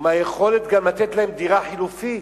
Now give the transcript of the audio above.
ומהיכולת גם לתת להם דירה חלופית.